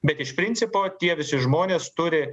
bet iš principo tie visi žmonės turi